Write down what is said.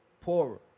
poorer